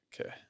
Okay